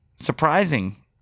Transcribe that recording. Surprising